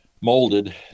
molded